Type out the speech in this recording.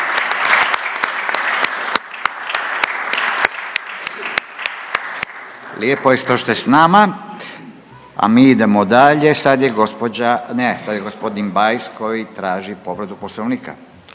Lijepo je što ste s nama, a mi idemo dalje, sad je gđa., ne, sad je g. Bajs koji traži povredu Poslovnika.